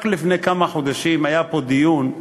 רק לפני כמה חודשים היה פה דיון,